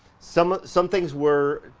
some a, some things were,